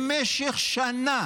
במשך שנה